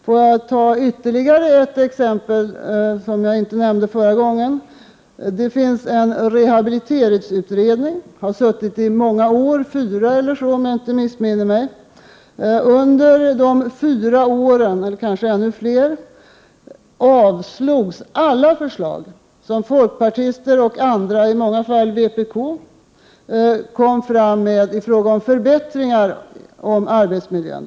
För att ta ytterligare ett exempel, som jag inte tog upp förra gången, kan jag nämna att det finns en rehabiliteringsutredning som har arbetat under många år — fyra, om jag inte missminner mig. Under dessa fyra år — eller kanske ännu fler — avslogs alla förslag som folkpartister och andra, i många fall vpk-are, framlade i fråga om förbättringar av arbetsmiljön.